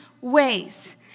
ways